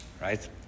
right